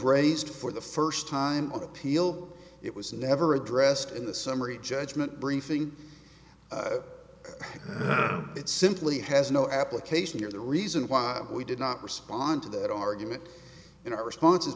raised for the first time appealed it was never addressed in the summary judgment briefing it simply has no application here the reason why we did not respond to that argument in our response